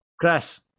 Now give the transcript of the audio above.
Chris